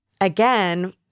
again